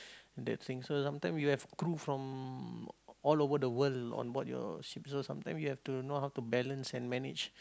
the thing so sometime you have crew from all over the world on board your ship so sometime you have to know how to balance and manage